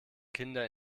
kinder